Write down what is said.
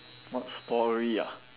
what story ah